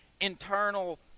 internal